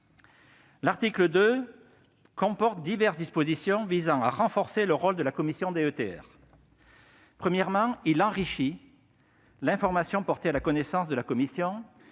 L'article 2 comporte quant à lui diverses dispositions visant à renforcer le rôle de la commission DETR. Premièrement, il vise à enrichir l'information portée à la connaissance de la commission.